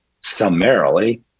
summarily